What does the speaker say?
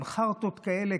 עם חרטות כאלה.